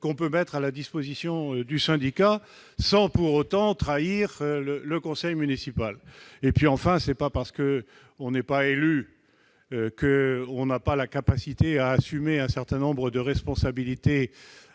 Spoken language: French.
l'on peut mettre à la disposition d'un syndicat, sans pour autant trahir le conseil municipal. Enfin, ne pas être élu ne signifie pas que l'on n'a pas la capacité d'assumer un certain nombre de responsabilités